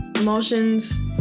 Emotions